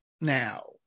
now